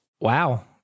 Wow